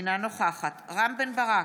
אינה נוכח רם בן ברק,